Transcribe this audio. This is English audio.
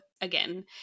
again